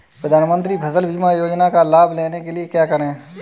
प्रधानमंत्री फसल बीमा योजना का लाभ लेने के लिए क्या करें?